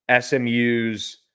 SMU's